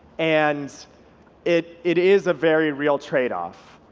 and it it is a very real trade-off.